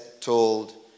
told